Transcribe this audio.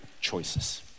choices